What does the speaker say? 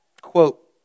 Quote